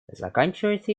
заканчивается